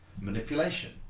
manipulation